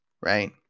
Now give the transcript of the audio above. Right